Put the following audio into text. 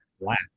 black